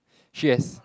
she has